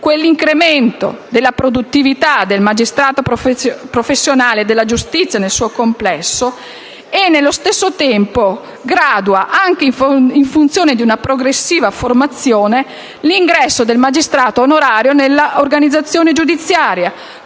un incremento della produttività del magistrato professionale e della giustizia nel suo complesso e, nello stesso tempo, gradua, anche in funzione di una progressiva formazione, l'ingresso del magistrato onorario nella organizzazione giudiziaria,